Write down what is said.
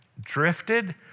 drifted